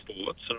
sports